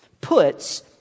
puts